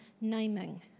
naming